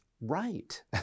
right